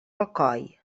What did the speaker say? alcoi